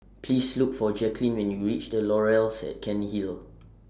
Please Look For Jacquelyn when YOU REACH The Laurels At Cairnhill